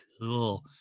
Cool